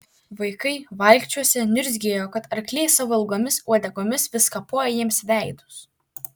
vaikai valkčiuose niurzgėjo kad arkliai savo ilgomis uodegomis vis kapoja jiems veidus